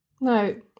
No